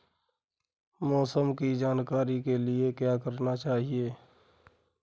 मौसम की जानकारी के लिए क्या करना चाहिए?